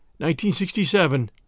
1967